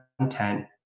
content